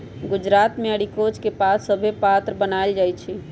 गुजरात मे अरिकोच के पात सभसे पत्रा बनाएल जाइ छइ